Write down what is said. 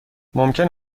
ممکن